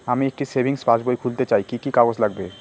আমি একটি সেভিংস পাসবই খুলতে চাই কি কি কাগজ লাগবে?